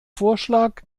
vorschlag